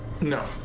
no